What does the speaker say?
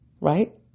right